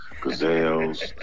Gazelles